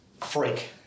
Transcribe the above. freak